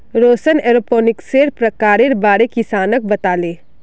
रौशन एरोपोनिक्सेर प्रकारेर बारे किसानक बताले